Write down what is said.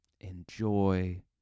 Enjoy